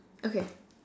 okay